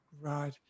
Right